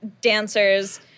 dancers